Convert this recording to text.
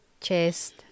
Chest